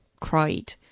cried